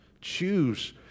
choose